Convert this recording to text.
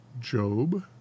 Job